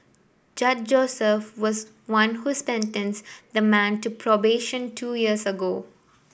Judge Joseph was one who sentenced the man to probation two years ago